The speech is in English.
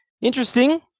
interesting